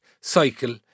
cycle